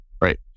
right